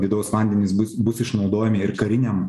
vidaus vandenys bus bus išnaudojami ir kariniam